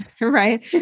right